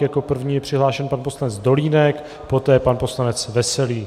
Jako první je přihlášen pan poslanec Dolínek, poté pan poslanec Veselý.